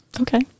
Okay